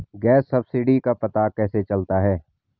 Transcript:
Gas subsidy का पता कैसे चलता है?